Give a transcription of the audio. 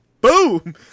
boom